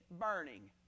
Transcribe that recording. burning